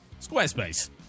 Squarespace